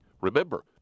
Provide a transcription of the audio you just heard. Remember